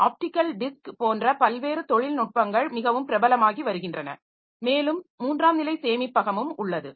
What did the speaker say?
optical disc போன்ற பல்வேறு தொழில்நுட்பங்கள் மிகவும் பிரபலமாகி வருகின்றன மேலும் மூன்றாம் நிலை சேமிப்பகமும் உள்ளது